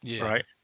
right